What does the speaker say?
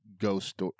ghost